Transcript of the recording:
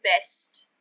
best